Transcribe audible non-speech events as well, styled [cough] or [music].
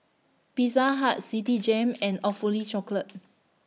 Pizza Hut Citigem [noise] and Awfully Chocolate [noise]